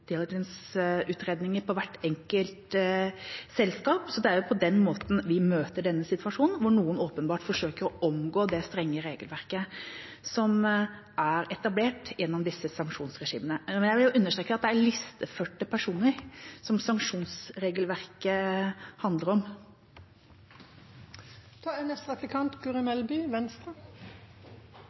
hvert enkelt selskap. Det er på den måten vi møter denne situasjonen, hvor noen åpenbart forsøker å omgå det strenge regelverket som er etablert gjennom disse sanksjonsregimene. Men jeg vil understreke at det er listeførte personer som sanksjonsregelverket handler